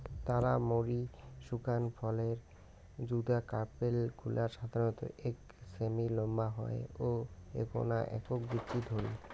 তারা মৌরি শুকান ফলের যুদা কার্পেল গুলা সাধারণত এক সেমি নম্বা হয় ও এ্যাকনা একক বীচি ধরি